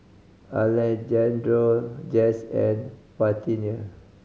Alejandro Jess and Parthenia